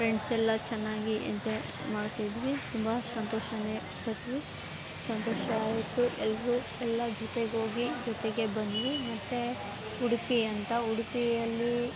ಫ್ರೆಂಡ್ಸೆಲ್ಲ ಚೆನ್ನಾಗಿ ಎಂಜಾಯ್ ಮಾಡ್ತಿದ್ವಿ ತುಂಬ ಸಂತೋಷವೇ ಪಟ್ವಿ ಸಂತೋಷ ಆಯಿತು ಎಲ್ಲರೂ ಎಲ್ಲ ಜೊತೆಗೆ ಹೋಗಿ ಜೊತೆಗೆ ಬಂದ್ವಿ ಮತ್ತು ಉಡುಪಿ ಅಂತ ಉಡುಪಿಯಲ್ಲಿ